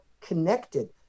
connected